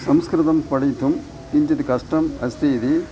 संस्कृतं पठितुं किञ्चित् कष्टम् अस्ति इति